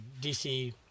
DC